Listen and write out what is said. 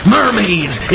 Mermaids